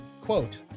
Quote